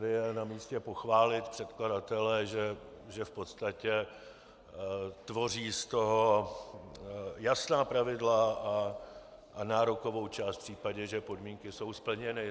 Tady je namístě pochválit předkladatele, že v podstatě tvoří z toho jasná pravidla a nárokovou část v případě, že podmínky jsou splněny.